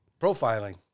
profiling